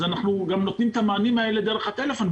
אנחנו נותנים גם את המענים דרך הטלפון.